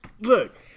Look